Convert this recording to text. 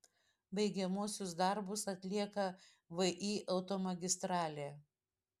baigiamuosius darbus atlieka vį automagistralė